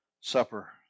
supper